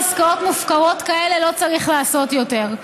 עסקאות מופקרות כאלה לא צריך לעשות יותר.